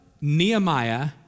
Nehemiah